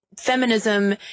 feminism